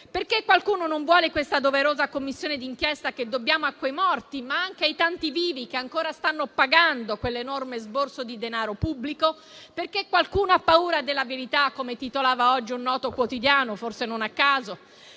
Perché qualcuno non vuole questa doverosa Commissione d'inchiesta che dobbiamo a quei morti, ma anche ai tanti vivi che ancora stanno pagando quell'enorme esborso di denaro pubblico? Perché qualcuno ha paura della verità, come titolava oggi un noto quotidiano, forse non a caso?